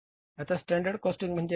आता standard costing म्हणजे काय